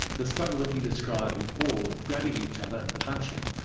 the struggle that you described before, with grabbing each other and punching,